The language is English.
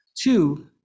two